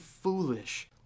foolish